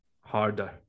Harder